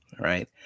right